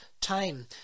time